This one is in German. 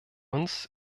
uns